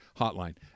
hotline